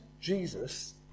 Jesus